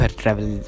travel